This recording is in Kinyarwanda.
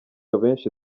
abenshi